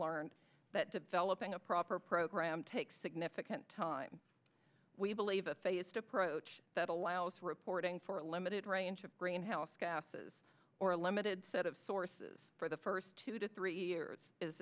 learned that developing a proper program takes significant time we believe a phased approach that allows reporting for a limited range of greenhouse gases or a limited set of sources for the first two to three years is